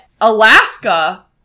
Alaska